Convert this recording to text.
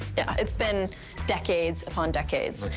yeah, it's been decades upon decades.